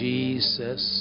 Jesus